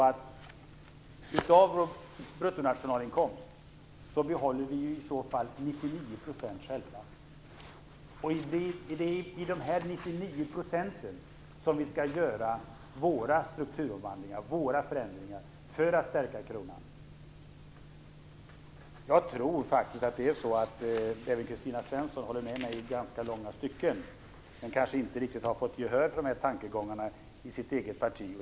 Av vår bruttonationalinkomst behåller vi i så fall 99 %. Det är i dessa 99 % som vi skall göra våra strukturomvandlingar, våra förändringar, för att stärka kronan. Jag tror att även Kristina Svensson håller med mig i långa stycken, men hon kanske inte riktigt har fått gehör för de tankegångarna i sitt eget parti.